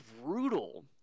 brutal